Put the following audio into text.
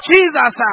Jesus